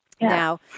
Now